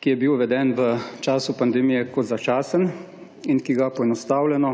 ki je bil uveden v času pandemije kot začasen in ki ga poenostavljeno